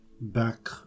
back